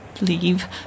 Leave